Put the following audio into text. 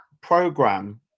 program